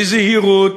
בזהירות,